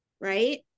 Right